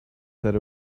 said